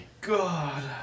god